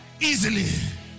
easily